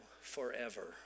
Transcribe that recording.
forever